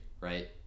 right